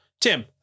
Tim